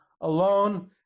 alone